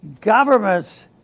Governments